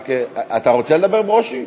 אתה רוצה לדבר, ברושי?